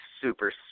super